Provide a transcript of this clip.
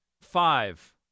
five